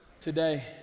today